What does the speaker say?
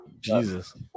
Jesus